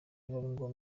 bigomba